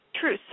True